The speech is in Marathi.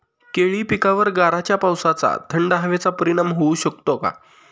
केळी पिकावर गाराच्या पावसाचा, थंड हवेचा परिणाम होऊ शकतो का?